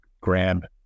grab